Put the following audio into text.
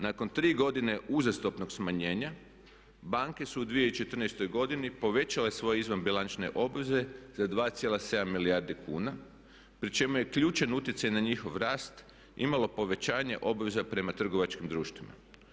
Nakon tri godine uzastopnog smanjenja banke su u 2014. godini povećale svoje izvanbilančne obveze za 2,7 milijardi kuna pri čemu je ključan utjecaj na njihov rast imalo povećanje obveza prema trgovačkim društvima.